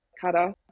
Cutter